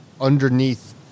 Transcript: underneath